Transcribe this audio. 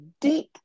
deep